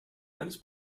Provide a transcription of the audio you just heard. eines